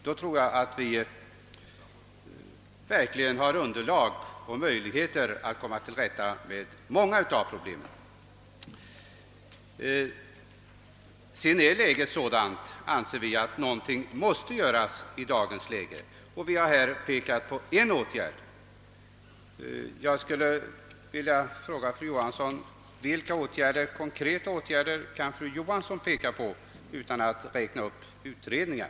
Då tror jag att vi verkligen har underlag och möjligheter att komma till rätta med många av problemen, Dagens läge är sådant, anser vi, att någonting måste göras och vi har här pekat på en åtgärd. Jag skulle vilja fråga fru Johansson vilka konkreta åtgärder fru Johansson kan peka på förutom att räkna upp pågående utredningar.